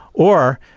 or,